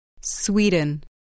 Sweden